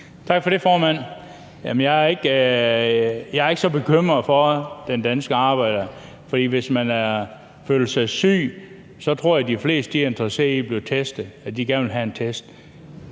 Tak for det, formand. Jeg er ikke så bekymret for den danske arbejder, for hvis man føler sig syg, tror jeg, de fleste er interesseret i at blive testet;